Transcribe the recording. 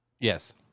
Yes